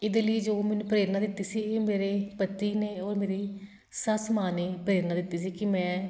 ਇਹਦੇ ਲਈ ਜੋ ਮੈਨੂੰ ਪ੍ਰੇਰਨਾ ਦਿੱਤੀ ਸੀਗੀ ਮੇਰੇ ਪਤੀ ਨੇ ਔਰ ਮੇਰੀ ਸੱਸ ਮਾਂ ਨੇ ਪ੍ਰੇਰਨਾ ਦਿੱਤੀ ਸੀ ਕਿ ਮੈਂ